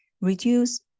reduce